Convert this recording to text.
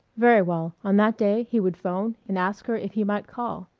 very well, on that day he would phone and ask her if he might call.